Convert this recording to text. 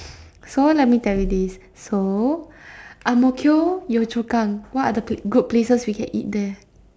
so let me tell you this so ang-mo-kio yio-chu-kang what other good places we can eat there